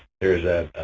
there's a